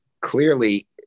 clearly